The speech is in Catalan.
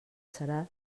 serà